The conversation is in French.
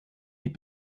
est